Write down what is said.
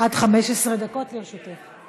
עד 15 דקות לרשותך.